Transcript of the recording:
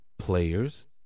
Players